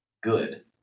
good